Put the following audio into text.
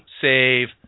save